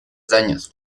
daños